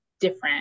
different